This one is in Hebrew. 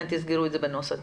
תסגרו את זה בנוסח.